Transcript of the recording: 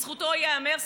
לזכותו ייאמר,